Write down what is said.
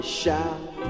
shout